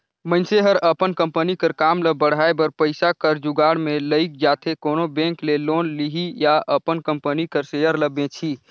मइनसे हर अपन कंपनी कर काम ल बढ़ाए बर पइसा कर जुगाड़ में लइग जाथे कोनो बेंक ले लोन लिही या अपन कंपनी कर सेयर ल बेंचही